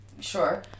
sure